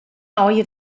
oer